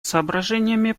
соображениями